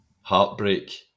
heartbreak